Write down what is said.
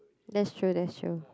that's true that's true